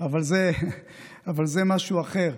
אבל זה משהו אחר.